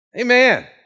Amen